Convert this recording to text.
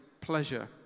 pleasure